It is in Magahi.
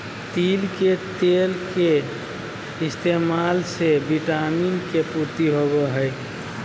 तिल के तेल के इस्तेमाल से विटामिन के पूर्ति होवो हय